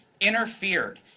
interfered